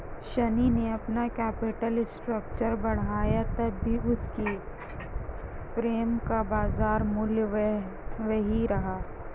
शनी ने अपना capital structure बढ़ाया तब भी उसकी फर्म का बाजार मूल्य वही रहा